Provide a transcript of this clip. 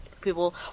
people